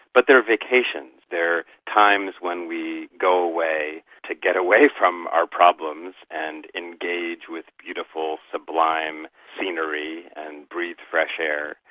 but they are vacations, they are times when we go away to get away from our problems and engage with beautiful, sublime scenery and breathe fresh air.